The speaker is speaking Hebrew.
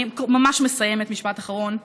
אני ממש מסיימת, משפט אחרון.